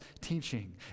teaching